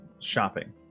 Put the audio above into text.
Shopping